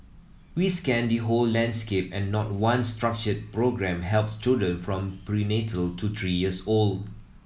we scanned the whole landscape and not one structured programme helps children from prenatal to three years old